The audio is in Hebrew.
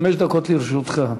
חמש דקות לרשותך.